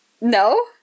No